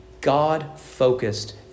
God-focused